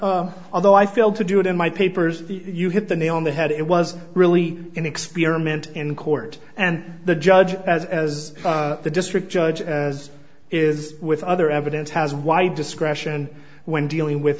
yeah although i feel to do it in my papers you hit the nail on the head it was really an experiment in court and the judge as as the district judge as is with other evidence has wide discretion when dealing with